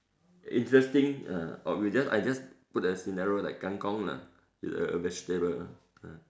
interesting ah or we just I just put a scenario like kang-kong lah a a vegetable ah